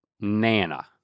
Nana